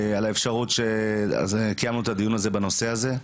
אז אני רוצה להודות לו על האפשרות לקיים את הדיון הזה בנושא הזה.